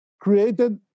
created